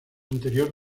anterior